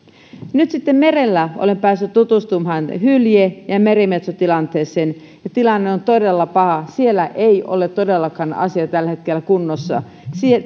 nyt sitten merellä olen päässyt tutustumaan hylje ja merimetsotilanteeseen ja tilanne on todella paha siellä eivät todellakaan ole asiat tällä hetkellä kunnossa